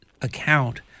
account